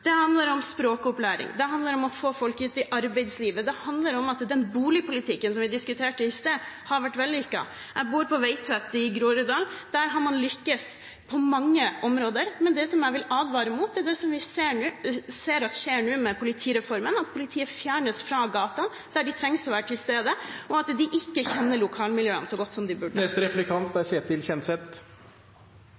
Det handler om språkopplæring, om å få folk ut i arbeidslivet, om at boligpolitikken som vi diskuterte i sted, har vært vellykket. Jeg bor på Veitvet i Groruddalen, og der har man lyktes på mange områder. Men det jeg vil advare mot, er det som vi ser skje nå, med politireformen, at politiet fjernes fra gatene, der man trenger at de er til stede, og at de ikke kjenner lokalmiljøene så godt som de burde.